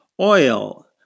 Oil